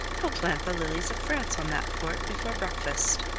he'll plant the lilies of france on that fort before breakfast.